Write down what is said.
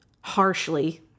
harshly